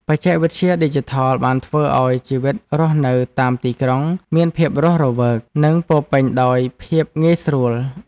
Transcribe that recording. បច្ចេកវិទ្យាឌីជីថលបានធ្វើឱ្យជីវិតរស់នៅតាមទីក្រុងមានភាពរស់រវើក និងពោរពេញដោយភាពងាយស្រួល។